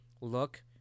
Look